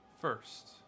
first